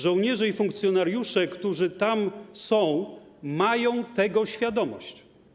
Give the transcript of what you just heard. Żołnierze i funkcjonariusze, którzy tam są, mają tego świadomość.